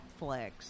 Netflix